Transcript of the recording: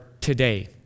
today